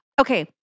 Okay